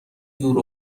دور